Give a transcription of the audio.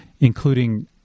including